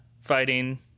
fighting